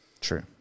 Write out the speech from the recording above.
true